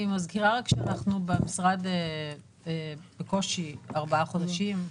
אנחנו במשרד בקושי ארבעה חודשים.